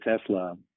Tesla